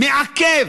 מעכבים.